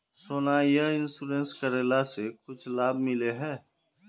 सोना यह इंश्योरेंस करेला से कुछ लाभ मिले है?